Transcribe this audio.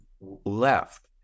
left